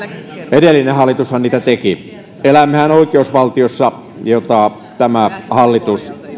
edellinen hallitushan niitä teki elämmehän oikeusvaltiossa jota tämä hallitus